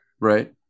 Right